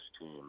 team